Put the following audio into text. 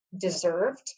deserved